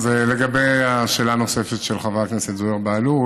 אז לגבי השאלה הנוספת של חבר הכנסת זוהיר בהלול,